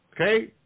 Okay